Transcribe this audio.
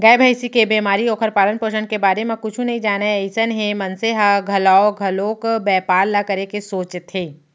गाय, भँइसी के बेमारी, ओखर पालन, पोसन के बारे म कुछु नइ जानय अइसन हे मनसे ह घलौ घलोक बैपार ल करे के सोचथे